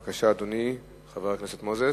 בבקשה, אדוני חבר הכנסת מוזס.